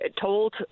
told